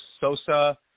Sosa